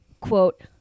Quote